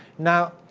now,